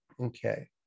Okay